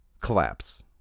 collapse